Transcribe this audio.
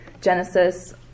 Genesis